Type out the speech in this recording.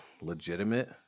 legitimate